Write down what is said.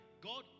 God